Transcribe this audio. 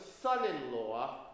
son-in-law